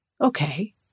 Okay